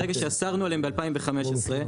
ברגע שאסרנו עליהם ב-2015,